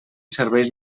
serveix